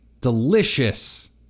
delicious